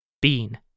Bean